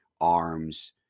arms